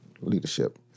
leadership